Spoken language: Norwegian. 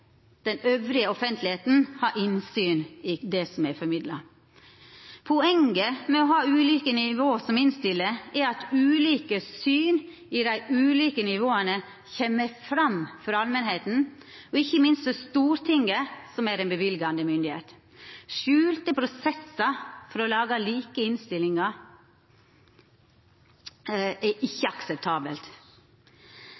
Den mest praktiske måten vil då vera å nytta opne brev, oppdragsdokument eller føretaksmøtet, avhengig av kva innhald styringssignalet eller informasjonen har. Då vil også offentlegheita elles ha innsyn i det som er formidla. Poenget med å ha ulike nivå som innstiller, er at ulike syn i dei ulike nivå kjem fram for allmenta, og ikkje minst for Stortinget, som